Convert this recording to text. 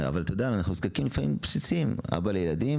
אבל אנחנו לפעמים נזקקים לדברים בסיסיים אני אבא לילדים